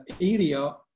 area